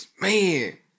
man